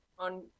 On